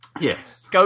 Yes